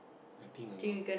I think I know